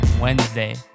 Wednesday